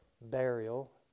burial